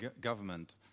government